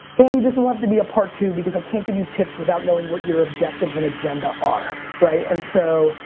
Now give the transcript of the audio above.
andy, this will have to be a part two, because i can't give you tips without knowing what your objectives and agenda are. and so